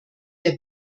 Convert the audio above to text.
der